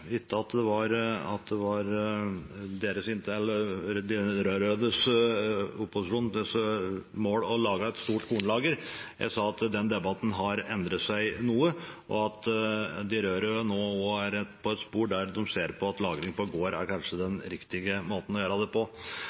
ikke at det var den rød-røde opposisjonens mål å lage et stort kornlager. Jeg sa at den debatten har endret seg noe, og at de rød-røde nå er på et spor der de ser at lagring på gård kanskje er den riktige måten å gjøre det på.